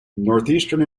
northeastern